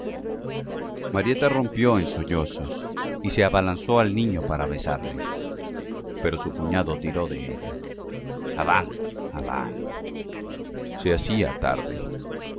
marieta rompió en sollozos y se abalanzó al niño para besarle pero su cuñado tiró de ella avant avant se hacía tarde